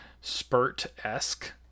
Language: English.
spurt-esque